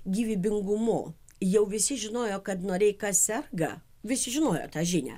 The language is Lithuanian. gyvybingumu jau visi žinojo kad noreika serga visi žinojo tą žinią